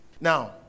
Now